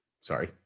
Sorry